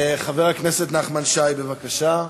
חבר הכנסת נחמן שי, בבקשה.